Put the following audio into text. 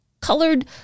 colored